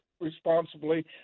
responsibly